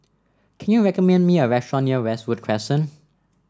can you recommend me a restaurant near Westwood Crescent